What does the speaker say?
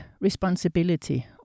responsibility